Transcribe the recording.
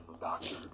doctor